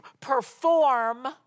perform